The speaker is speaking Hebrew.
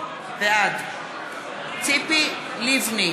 בעד ציפי לבני,